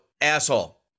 asshole